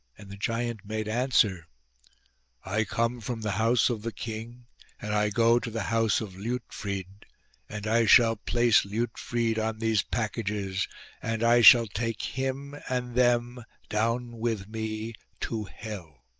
and the giant made answer i come from the house of the king and i go to the house of liutfrid and i shall place liutfrid on these packages and i shall take him and them down with me to hell.